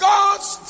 God's